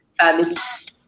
families